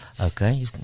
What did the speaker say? Okay